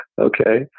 Okay